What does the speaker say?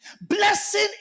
Blessing